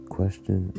Question